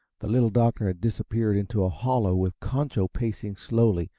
the little doctor had disappeared into a hollow with concho pacing slowly,